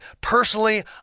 personally